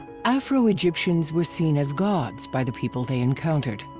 afro egyptians were seen as gods by the people they encountered.